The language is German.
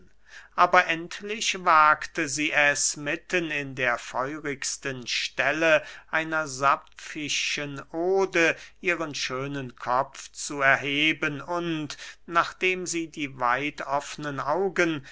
aber endlich wagte sie es mitten in der feurigsten stelle einer saffischen ode ihren schönen kopf zu erheben und nachdem sie die weit offnen augen